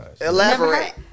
Elaborate